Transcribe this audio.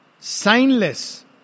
signless